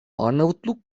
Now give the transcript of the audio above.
arnavutluk